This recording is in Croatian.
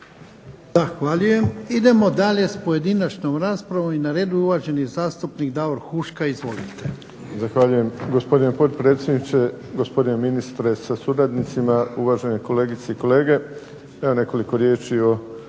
Zahvaljujem. Idemo dalje s pojedinačnom raspravom. Na redu je dalje gospodin zastupnik Davor Huška. Izvolite.